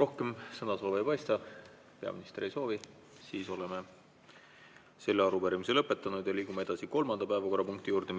Rohkem sõnasoove ei paista. Peaminister ei soovi? Siis oleme selle arupärimise lõpetanud. Ja liigume edasi kolmanda päevakorrapunkti juurde.